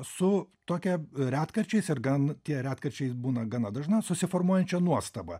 su tokia retkarčiais ir gan tie retkarčiai būna gana dažna susiformuojančia nuostaba